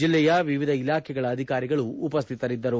ಜೆಲ್ಲೆಯ ವಿವಿಧ ಇಲಾಖೆಗಳ ಅಧಿಕಾರಿಗಳು ಉಪಸ್ಥಿತರಿದ್ದರು